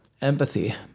empathy